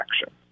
action